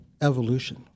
evolution